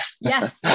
yes